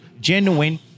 genuine